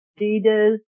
Adidas